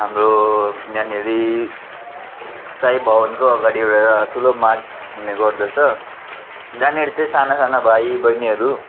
हाम्रो यहाँनेरि साई भवनको अगाडि एउटा ठुलो मार्ट हुने गर्दछ त्यहाँनेर चाहिँ साना साना भाइ बहिनीहरू